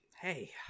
hey